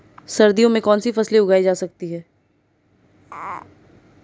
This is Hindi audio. सर्दियों में कौनसी फसलें उगाई जा सकती हैं?